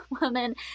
woman